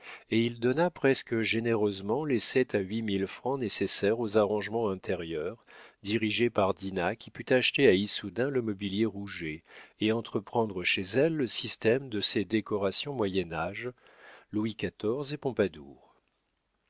et il donna presque généreusement les sept à huit mille francs nécessaires aux arrangements intérieurs dirigés par dinah qui put acheter à issoudun le mobilier rouget et entreprendre chez elle le système de ses décorations moyen-age louis xiv et